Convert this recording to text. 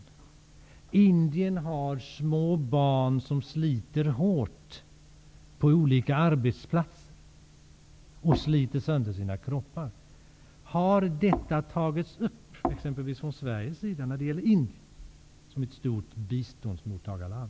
I Indien sliter små barn hårt på olika arbetsplatser och sliter sönder sina kroppar. Har detta tagits upp från Sveriges sida med Indien, som är ett stort biståndsmottagarland?